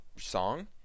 song